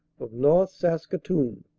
of north saskatoon,